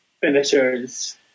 finishers